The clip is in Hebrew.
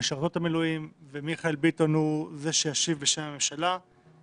זה ייקח חודשים להיכנס שוב לעניינים.